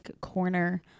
corner